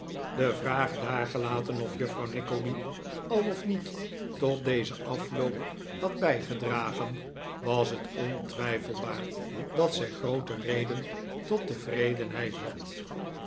de vraag daargelaten of juffrouw nickleby al of niet tot dezen afloop had bijgedragen was het ontwijfelbaar dat zij groote reden tot tevredenheid had